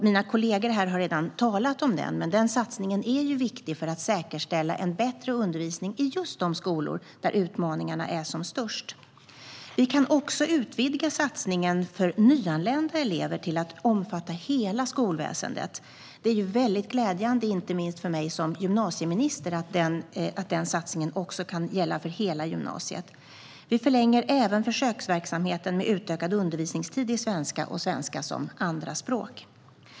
Mina kollegor här har redan talat om den, och den satsningen är viktig för att säkerställa en bättre undervisning i just de skolor där utmaningarna är som störst. Vi kan också utvidga satsningen för nyanlända elever till att omfatta hela skolväsendet. Inte minst för mig som gymnasieminister är det glädjande att denna satsning kan gälla också hela gymnasiet. Vi förlänger även försöksverksamheten med utökad undervisningstid i svenska och svenska som andraspråk.